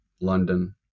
London